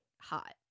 hot